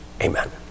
Amen